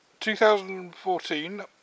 2014